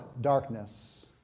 darkness